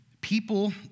people